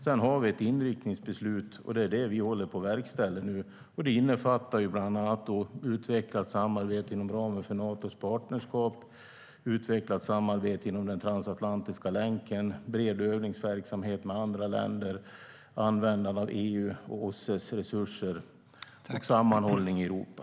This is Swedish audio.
Sedan har vi ett inriktningsbeslut, och det är det vi håller på att verkställa nu. Det innefattar bland annat ett utvecklat samarbete inom ramen för Natos partnerskap, ett utvecklat samarbete inom den transatlantiska länken, en bred övningsverksamhet med andra länder, användande av EU:s och OSSE:s resurser och sammanhållning i Europa.